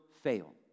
fail